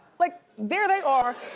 like there they are,